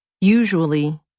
Usually